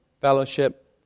fellowship